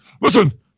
listen